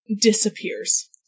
disappears